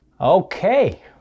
okay